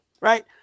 right